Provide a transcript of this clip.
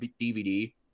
DVD